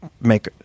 make